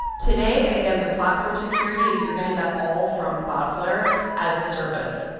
today, again, the platform security is you're getting that all from cloudflare as a service.